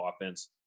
offense